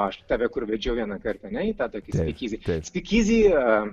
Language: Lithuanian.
aš tave kur vedžiau vieną kartą ar ne į tą tokį svikizį svikizi